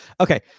okay